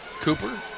Cooper